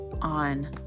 on